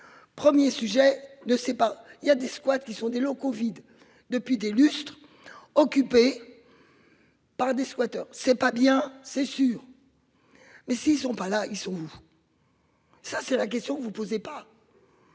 sait pas, il y a des squats, qui sont des locaux vides depuis des lustres occupé. Par des squatters c'est pas bien, c'est sûr. Mais si ils sont pas là ils sont vous. Ça c'est la question que vous posez pas.